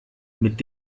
mit